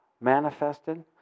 manifested